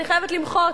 אני חייבת למחות.